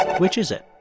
which is it?